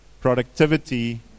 productivity